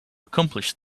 accomplish